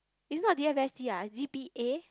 is not D_M_S_T ah is D_P_A